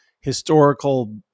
historical